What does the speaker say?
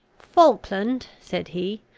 falkland, said he,